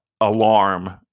alarm